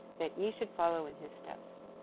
that ye should follow in his steps.